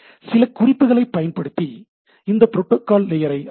சில குறிப்புகளை பயன்படுத்தி இந்த ப்ரோட்டோகால்கள் லேயரை அறியலாம்